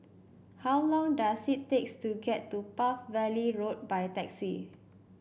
how long does it takes to get to Palm Valley Road by taxi